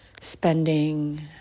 spending